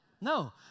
No